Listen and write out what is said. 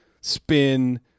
spin